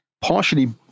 partially